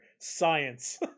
Science